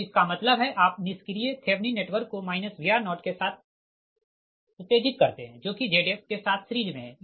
तो इसका मतलब है आप निष्क्रिय थेवनिन नेटवर्क को Vr0 के साथ उत्तेजित करते है जो कि Zf के साथ सीरिज़ मे है